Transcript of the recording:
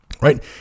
right